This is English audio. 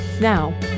Now